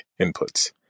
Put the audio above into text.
inputs